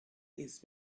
his